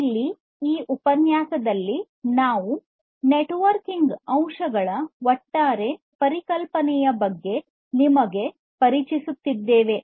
ಆದ್ದರಿಂದ ಇಲ್ಲಿ ಈ ಉಪನ್ಯಾಸದಲ್ಲಿ ನಾವು ನೆಟ್ವರ್ಕಿಂಗ್ ಅಂಶಗಳ ಒಟ್ಟಾರೆ ಪರಿಕಲ್ಪನೆಯ ಬಗ್ಗೆ ನಿಮಗೆ ಪರಿಚಯಿಸುತ್ತಿದ್ದೇವೆ